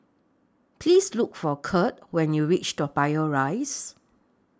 Please Look For Kirt when YOU REACH Toa Payoh Rise